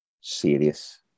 Serious